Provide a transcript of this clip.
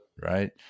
right